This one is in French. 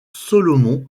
solomon